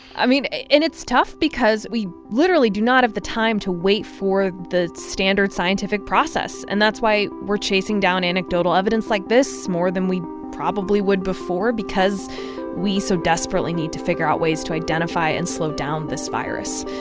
i mean and it's tough because we literally do not have the time to wait for the standard scientific process. and that's why we're chasing down anecdotal evidence like this more than we probably would before because we so desperately need to figure out ways to identify and slow down this virus.